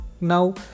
now